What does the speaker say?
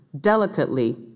delicately